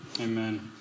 amen